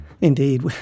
Indeed